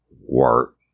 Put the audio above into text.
work